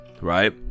right